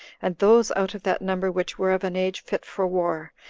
and those out of that number which were of an age fit for war,